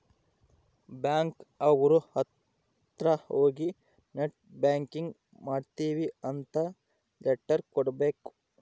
bank ಅವ್ರ ಅತ್ರ ಹೋಗಿ ನೆಟ್ ಬ್ಯಾಂಕಿಂಗ್ ಮಾಡ್ತೀವಿ ಅಂತ ಲೆಟರ್ ಕೊಡ್ಬೇಕು